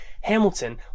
Hamilton